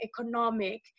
economic